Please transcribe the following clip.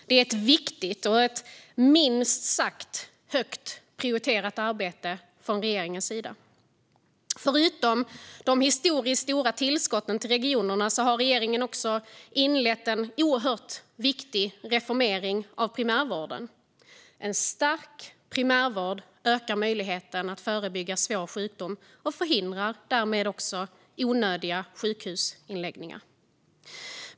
Det är ett viktigt och ett minst sagt högt prioriterat arbete från regeringens sida. Förutom de historiskt stora tillskotten till regionerna har regeringen också inlett en oerhört viktig reformering av primärvården. En stark primärvård ökar möjligheten att förebygga svår sjukdom och förhindrar därmed onödiga sjukhusinläggningar.